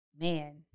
man